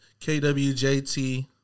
KWJT